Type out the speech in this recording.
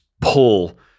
pull